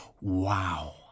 Wow